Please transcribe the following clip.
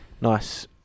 nice